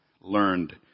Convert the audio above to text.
learned